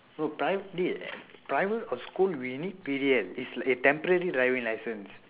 no private dey private or school we need P_D_L it's like a temporary driving license